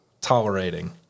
tolerating